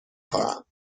خواهم